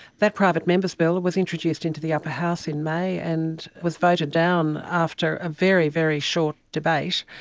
that private members bill was introduced into the upper house in may and was voted down after a very, very short debate.